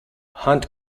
hunt